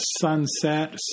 sunset